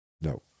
No